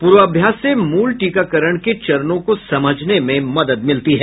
पूर्वाभ्यास से मूल टीकाकरण के चरणों को समझने में मदद मिलती है